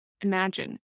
imagine